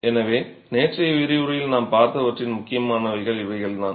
எனவே நேற்றைய விரிவுரையில் நாம் பார்த்தவற்றின் முக்கியமானவைகள் இவைதான்